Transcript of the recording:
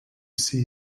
see